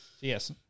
Yes